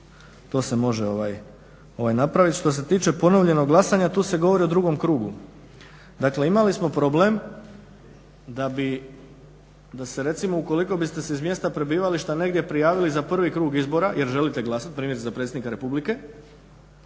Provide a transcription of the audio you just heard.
to se može napravi. Što se tiče ponovljenog glasanja tu se govori o drugom krugu. Dakle imali smo problem da se recimo ukoliko biste se iz mjesta prebivališta negdje prijavili za prvi krug izbora jer želite glasat primjerice za predsjednika Republike,